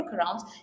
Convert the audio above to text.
workarounds